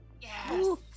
Yes